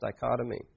dichotomy